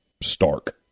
stark